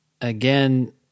again